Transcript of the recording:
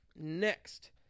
Next